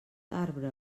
arbre